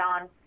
on